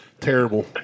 Terrible